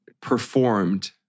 performed